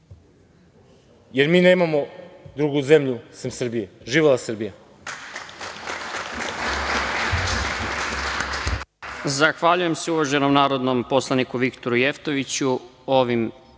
jer mi nemamo drugu zemlju sem Srbije. Živela Srbija.